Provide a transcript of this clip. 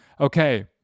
Okay